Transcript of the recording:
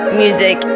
music